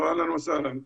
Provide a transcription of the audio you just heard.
(אומר דברים בשפה הערבית להלן התרגום החופשי)